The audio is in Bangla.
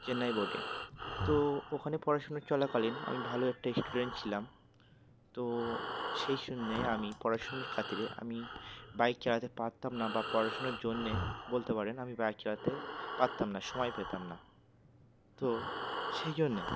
চেন্নাই বোর্ডে তো ওখানে পড়াশুনা চলাকালীন আমি ভালো একটা স্টুডেন্ট ছিলাম তো সেই সময় আমি পড়াশুনার খাতিরে আমি বাইক চালাতে পারতাম না বা পড়াশুনার জন্যে বলতে পারেন আমি বাইক চালাতে পারতাম না সময় পেতাম না তো সেই জন্যে